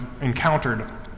encountered